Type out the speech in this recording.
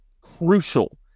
crucial